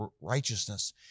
righteousness